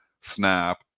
snap